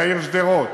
מהעיר שדרות,